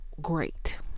great